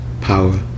power